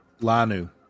Lanu